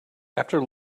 after